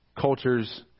cultures